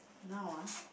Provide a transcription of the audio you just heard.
now ah